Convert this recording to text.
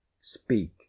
Speak